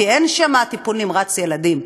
כי אין שם טיפול נמרץ ילדים?